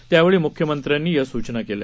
त्यावेळी मुख्यमंत्र्यांनी या सूचना केल्या